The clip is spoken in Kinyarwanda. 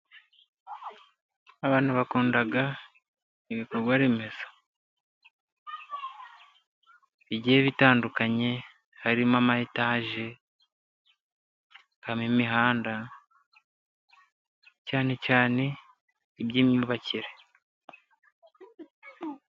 Abantu bakunda ibikorwaremezo bigiye bitandukanye, iharimo :ama etage, hakabamo imihanda, cyane cyane iby'imyubakire.